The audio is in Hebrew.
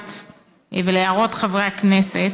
לידיעת ולהערות חברי הכנסת,